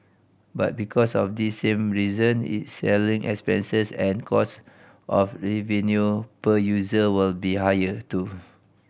but because of this same reason its selling expenses and cost of revenue per user will be higher too